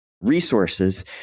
resources